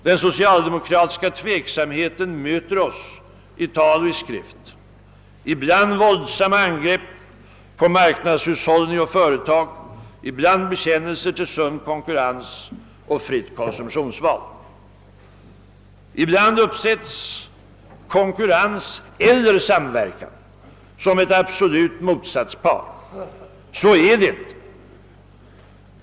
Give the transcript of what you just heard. Den socialdemokratiska tveksamheten möter oss i tal och skrift: ibland våldsamma angrepp på marknadshushållning och företag, ibland bekännelser till sund konkurrens och fritt konsumtionsval. Ibland uppsätts konkurrens eller samverkan som ett absolut motsatspar. Så är det inte.